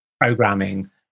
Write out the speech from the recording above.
programming